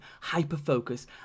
hyper-focus